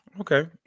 Okay